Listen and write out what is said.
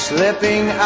Slipping